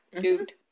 dude